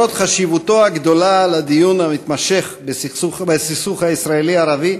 למרות חשיבותו הגדולה לדיון המתמשך בסכסוך הישראלי ערבי,